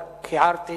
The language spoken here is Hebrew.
רק הערתי